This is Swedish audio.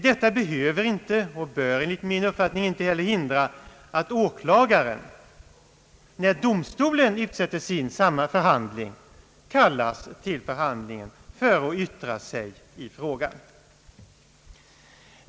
Detta behöver inte — och bör inte, enligt min uppfattning — hindra att åklagaren, när domstolen utsätter tid för sin förhandling, kallas till förhandling för att yttra sig i frågan.